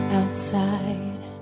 outside